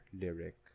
lyric